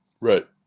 Right